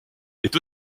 est